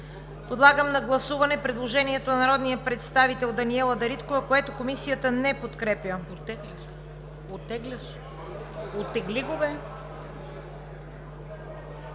Подлагам на гласуване предложението на народния представител Даниела Дариткова, което Комисията не подкрепя.